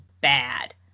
bad